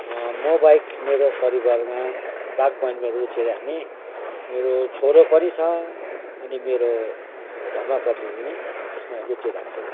मो बाहेक मेरो परिवारमा बागवानीमा रुचि राख्ने मेरो छोरो पनि छ अनि मेरो धर्मपत्नीले पनि यसमा रुचि राख्छ